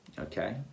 okay